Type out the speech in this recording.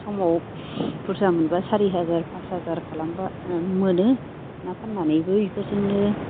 समाव बुरजा मोनबा सारि हाजार पास हाजार खालामबा मोनो ना फाननानैबो बेफोरजोंनो